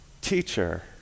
teacher